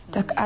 Tak